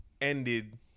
ended